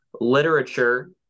literature